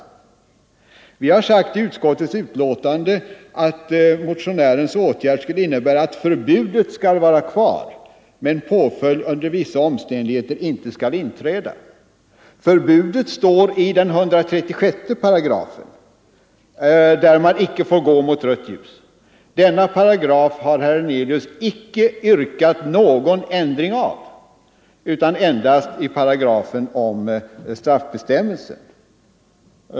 Utskottet anför i sitt betänkande: ”Den av motionären förordade åtgärden skulle innebära att förbudet skall vara kvar men att påföljd under vissa omständigheter inte skall inträda.” Förbudet står i 136 §. Denna paragraf har herr Hernelius inte yrkat någon ändring av utan endast av paragrafen om straffbestämmelsen.